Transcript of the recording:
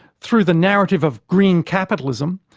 through the narrative of green capitalism,